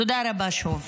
תודה רבה שוב.